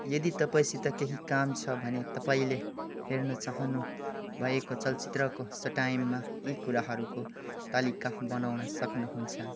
यदि तपाईँँसित केही काम छ भने तपाईँँले हेर्न चाहनुभएको चलचित्रको शोटाइममा यी कुराहरूको तालिका बनाउन सक्नुहुन्छ